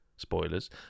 Spoilers